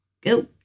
Go